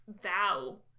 Vow